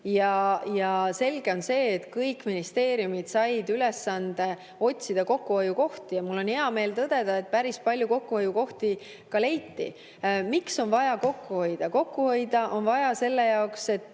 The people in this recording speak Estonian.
Selge on see, et kõik ministeeriumid said ülesande otsida kokkuhoiukohti, ja mul on hea meel tõdeda, et päris palju kokkuhoiukohti ka leiti. Miks on vaja kokku hoida? Kokku hoida on vaja selle jaoks, et